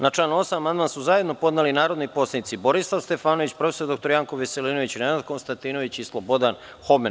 Na član 8. amandman su zajedno podneli narodni poslanici Borislav Stefanović, prof. dr Janko Veselinović, Nenad Konstantinović i Slobodan Homen.